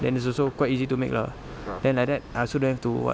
then it's also quite easy to make lah then like that I also don't have to what